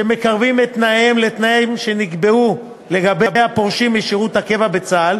שמקרבים את תנאיהם לתנאים שנקבעו לגבי הפורשים משירות הקבע בצה"ל